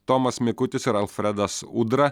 tomas mikutis ir alfredas udra